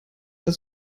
das